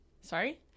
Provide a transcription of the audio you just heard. Sorry